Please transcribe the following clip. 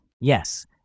Yes